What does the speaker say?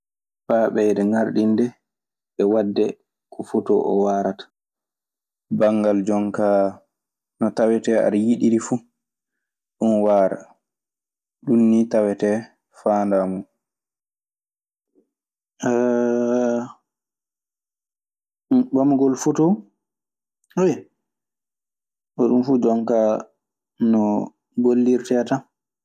Faa jatoɗaa jate tawee a woofay. Banngal jon kaa no tawetee aɗe yiɗiri fuu ɗun waaraa. Ɗun nii tawetee faandaa mun. Ɓamugol fotoo, hoɗun fu jonkaa no gollirtee tan.